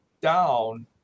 down